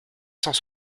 cent